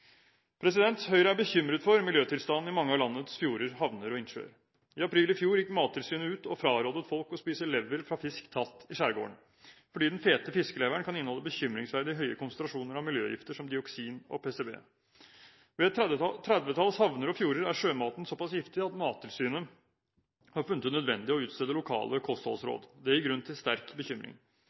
klimaforliket. Høyre er bekymret for miljøtilstanden i mange av landets fjorder, havner og innsjøer. I april i fjor gikk Mattilsynet ut og frarådet folk å spise lever fra fisk tatt i skjærgården, fordi den fete fiskeleveren kunne inneholde bekymringsverdige konsentrasjoner av miljøgifter som dioksin og PVC. Ved et tredvetalls havner og fjorder er sjømaten såpass giftig at Mattilsynet har funnet det nødvendig å utstede lokale kostholdsråd. Det gir grunn til sterk bekymring.